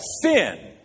sin